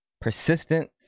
persistence